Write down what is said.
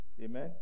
Amen